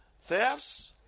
thefts